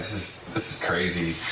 this is crazy.